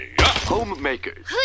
Homemakers